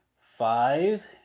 five